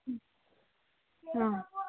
ꯑꯥ